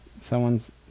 Someone's